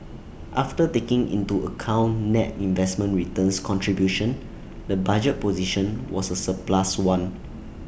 after taking into account net investment returns contribution the budget position was A surplus one